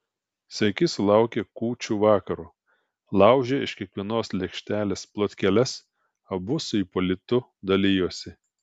sveiki sulaukę kūčių vakaro laužė iš kiekvienos lėkštelės plotkeles abu su ipolitu dalijosi